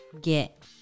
get